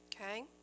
okay